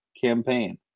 campaign